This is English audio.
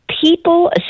people